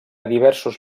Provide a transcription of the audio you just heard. diversos